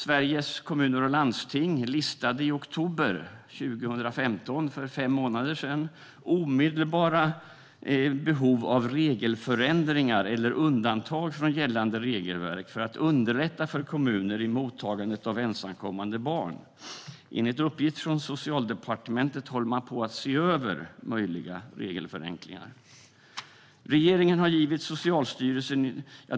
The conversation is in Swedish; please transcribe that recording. Sveriges Kommuner och Landsting listade i oktober 2015, för fem månader sedan, omedelbara behov av regelförändringar eller undantag från gällande regelverk för att underlätta för kommuner i mottagandet av ensamkommande barn. Enligt uppgift från Socialdepartementet håller man på och ser över möjliga regelförenklingar.